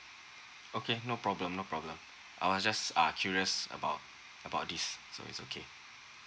okay no problem no problem I'll just uh curious about about this so it's okay